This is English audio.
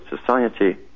society